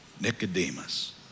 Nicodemus